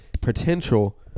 potential